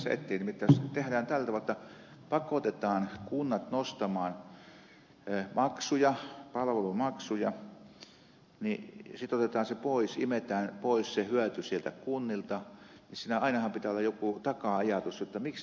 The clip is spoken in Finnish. nimittäin jos tehdään tällä tavalla että pakotetaan kunnat nostamaan maksuja palvelumaksuja niin sitten otetaan se pois imetään pois se hyöty sieltä kunnilta niin ainahan pitää olla joku taka ajatus miksi näin tehdään